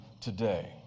today